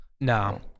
No